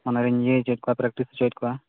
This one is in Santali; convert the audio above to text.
ᱚᱱᱟᱨᱤᱧ ᱤᱭᱟᱹ ᱚᱪᱚᱭᱮᱫ ᱠᱚᱣᱟ ᱯᱨᱮᱠᱴᱤᱥ ᱚᱪᱚᱭᱮᱫ ᱠᱚᱣᱟ